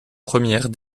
première